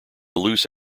loose